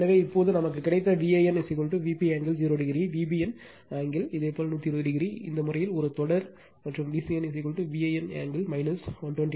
எனவே இப்போது நமக்கு கிடைத்த Van Vp angle 0o Vbn angle இதேபோல் 120o இந்த வழக்கில் ஒரு தொடர் மற்றும் Vcn Van angle 120 o